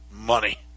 money